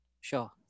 Sure